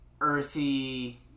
earthy